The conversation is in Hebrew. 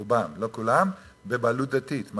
רובם, לא כולם, בבעלות דתית.